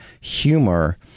humor